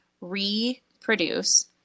reproduce